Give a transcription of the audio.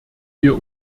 wir